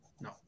No